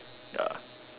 ya